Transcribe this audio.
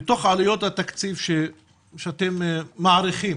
מתוך עלויות התקציב שאתם מעריכים,